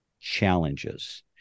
challenges